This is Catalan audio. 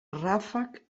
ràfec